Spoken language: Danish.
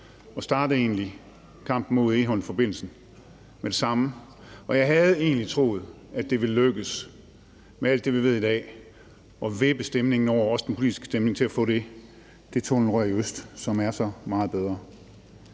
egentlig kampen mod Egholmforbindelsen med det samme, og jeg havde egentlig troet, at det ville lykkes med alt det, vi ved i dag, at vippe stemningen og den politiske stemning over til at få det tunnelrør i øst, som er så meget bedre.